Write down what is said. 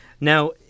Now